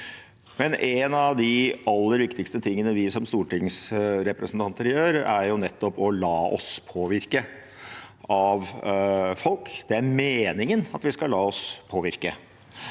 av de aller viktigste tingene vi som stortingsrepresentanter gjør, er nettopp å la oss påvirke av folk. Det er meningen at vi skal la oss påvirke,